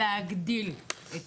להגדיל את